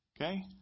okay